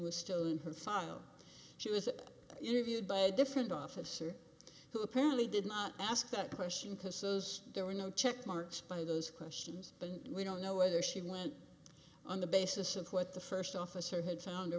was still in her follow she was interviewed by a different officer who apparently did not ask that question because those there were no checkmarks by those questions but we don't know whether she went on the basis of what the first officer had found or